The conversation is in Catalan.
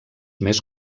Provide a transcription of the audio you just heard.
més